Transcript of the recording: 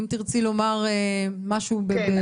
אם תרצי לומר משהו ממש בתמצות.